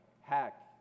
hack